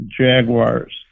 Jaguars